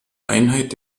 einheit